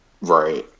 right